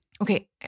Okay